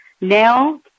Now